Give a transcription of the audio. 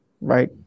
right